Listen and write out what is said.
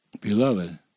Beloved